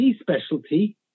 specialty